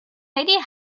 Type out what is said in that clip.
lady